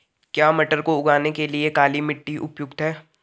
क्या मटर को उगाने के लिए काली मिट्टी उपयुक्त है?